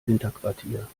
winterquartier